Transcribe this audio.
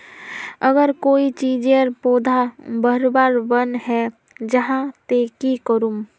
अगर कोई चीजेर पौधा बढ़वार बन है जहा ते की करूम?